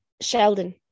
Sheldon